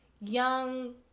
young